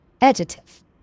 Adjective